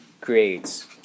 creates